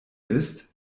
ist